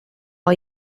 all